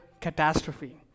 catastrophe